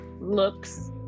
looks